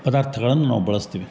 ಪದಾರ್ಥಗಳನ್ನ ನಾವು ಬಳಸ್ತೀವಿ